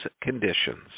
conditions